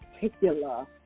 particular